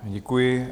Děkuji.